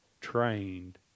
trained